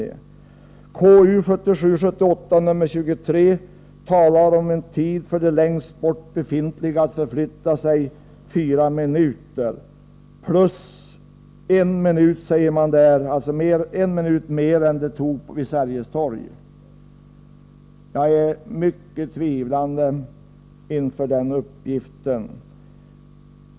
I KU:s betänkande 1977/78:23 talas om en tid för de längst bort befintliga att förflytta sig på fyra minuter — dvs. en minut mer än det tog vid Sergels Torg. Jag är mycket tvivlande inför denna uppgift.